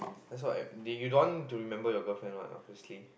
that's what I do you don't want to remember your girlfriend what obviously